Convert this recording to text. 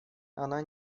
она